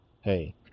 Hey